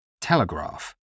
Telegraph